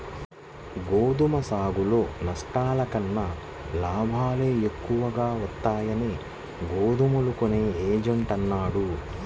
గోధుమ సాగులో నష్టాల కన్నా లాభాలే ఎక్కువగా వస్తాయని గోధుమలు కొనే ఏజెంట్ అన్నాడు